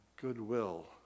goodwill